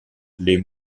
les